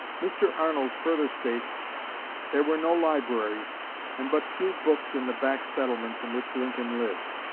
mr. arnold further states there were no libraries and but few books in the back settlements in which lincoln lived.